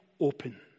open